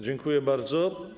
Dziękuję bardzo.